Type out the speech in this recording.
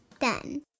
done